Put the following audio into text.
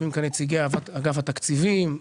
אנשי אגף התקציבים,